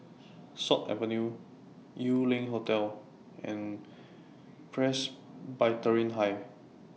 Sut Avenue Yew Lian Hotel and Presbyterian High